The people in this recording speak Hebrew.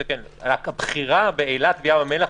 הבחירה באילת וים המלח